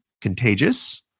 contagious